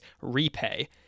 repay